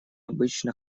обычно